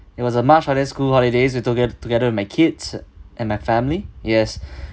it was a march holiday school holidays toge~ together with my kids and my family yes